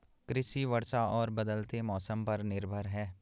कृषि वर्षा और बदलते मौसम पर निर्भर है